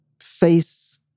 face